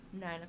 nine